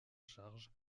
charge